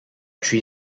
three